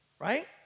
Right